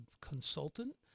consultant